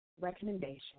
recommendation